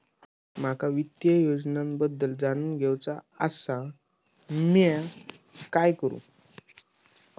माका वित्तीय योजनांबद्दल जाणून घेवचा आसा, म्या काय करू?